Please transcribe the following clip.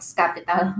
capital